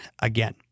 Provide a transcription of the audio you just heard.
again